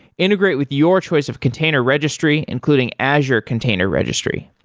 integrate with your choice of container registry, including azure container registry.